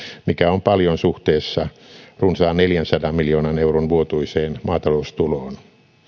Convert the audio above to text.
mikä on paljon suhteessa runsaan neljänsadan miljoonan euron vuotuiseen maataloustuloon